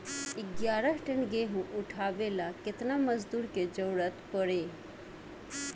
ग्यारह टन गेहूं उठावेला केतना मजदूर के जरुरत पूरी?